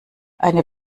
eine